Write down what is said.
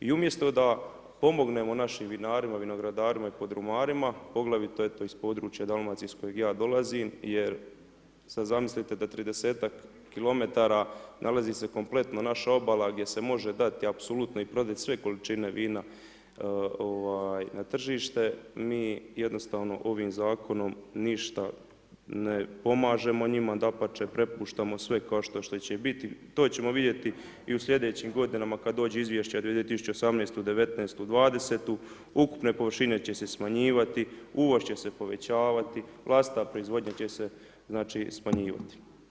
I umjesto da pomognemo našim vinarima, vinogradarima i podrumarima, poglavito iz područja Dalmacije iz kojeg ja dolazim jer sad zamislite da 30ak kilometara nalazi se kompletno naša obala gdje se može dati apsolutno i prodat sve količine vina na tržište, mi jednostavno ovim zakonom ništa ne pomažemo njima, dapače prepuštamo sve kao što će biti, to ćemo vidjeti i u sljedećim godinama kad dođu izvješća 2018./19.,20. ukupne površine će se smanjivati, uvoz će se povećavati, vlastita proizvodnja će se smanjivati.